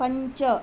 पञ्च